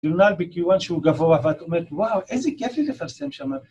ג'ורנל בקיוואן שהוא גבוה ואתה אומר, וואו, איזה כיף לי לפרסם שם.